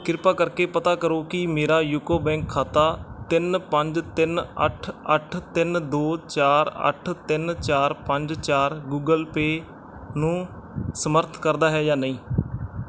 ਕਿਰਪਾ ਕਰਕੇ ਪਤਾ ਕਰੋ ਕੀ ਮੇਰਾ ਯੂਕੋ ਬੈਂਕ ਖਾਤਾ ਤਿੰਨ ਪੰਜ ਤਿੰਨ ਅੱਠ ਅੱਠ ਤਿੰਨ ਦੋ ਚਾਰ ਅੱਠ ਤਿੰਨ ਚਾਰ ਪੰਜ ਚਾਰ ਗੁਗਲ ਪੇ ਨੂੰ ਸਮਰਥ ਕਰਦਾ ਹੈ ਜਾਂ ਨਹੀਂ